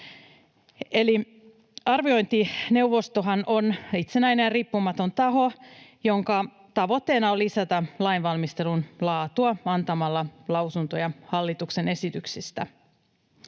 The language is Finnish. Arviointineuvostohan on itsenäinen ja riippumaton taho, jonka tavoitteena on lisätä lainvalmistelun laatua antamalla lausuntoja hallituksen esityksistä.